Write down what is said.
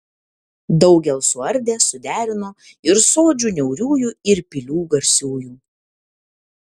daugel suardė suderino ir sodžių niauriųjų ir pilių garsiųjų